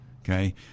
Okay